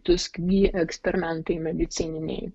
tus kvi eksperimentai medicininiai